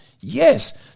Yes